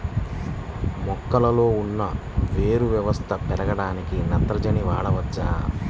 మొక్కలో ఉన్న వేరు వ్యవస్థ పెరగడానికి నత్రజని వాడవచ్చా?